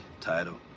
title